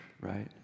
right